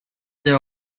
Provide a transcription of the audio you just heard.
there